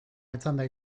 etzanda